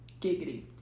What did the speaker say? Giggity